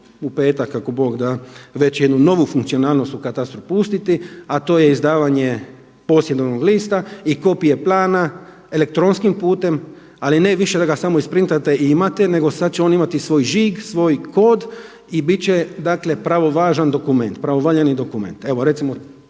u petak ako Bog da već jednu novu funkcionalnost u katastru pustiti a to je izdavanje posjedovnog lista i kopije plana elektronskim putem ali ne više da ga samo isprintate i imate nego sad će on imati svoj žig, svoj kod i bit će dakle pravovažan dokument, pravovaljani dokument. Evo, recimo